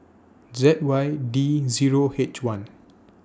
Z Y D Zero H one